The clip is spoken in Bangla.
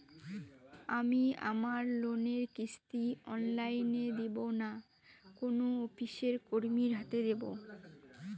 আমি আমার লোনের কিস্তি অনলাইন দেবো না কোনো অফিসের কর্মীর হাতে দেবো?